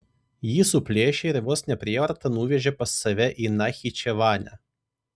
jį suplėšė ir vos ne prievarta nuvežė pas save į nachičevanę